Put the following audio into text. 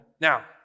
Now